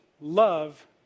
love